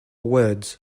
words